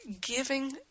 giving